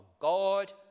God